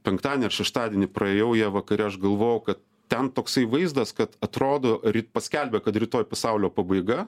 penktadienį ar šeštadienį praėjau ją vakare aš galvoju kad ten toksai vaizdas kad atrodo ryt paskelbė kad rytoj pasaulio pabaiga